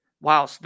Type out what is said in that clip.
Wow